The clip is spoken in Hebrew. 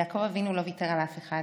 יעקב אבינו לא ויתר על אף אחד,